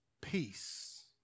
peace